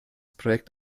projekt